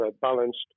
balanced